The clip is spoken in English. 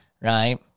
right